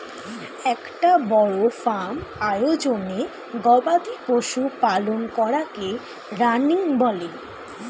একটা বড় ফার্ম আয়োজনে গবাদি পশু পালন করাকে রানিং বলে